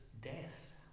death